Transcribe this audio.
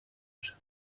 بشم